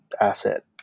asset